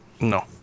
No